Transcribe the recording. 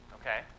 Okay